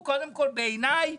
בעיניי,